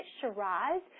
Shiraz